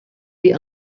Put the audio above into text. die